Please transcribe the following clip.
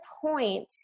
point